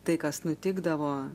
tai kas nutikdavo